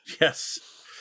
Yes